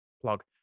plug